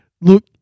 Look